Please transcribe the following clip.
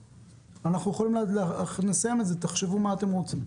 אנחנו יכולים לסיים את זה, תחשבו מה אתם רוצים.